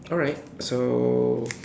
alright so